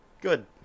Good